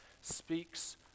speaks